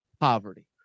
Poverty